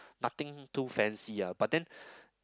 nothing too fancy ah but then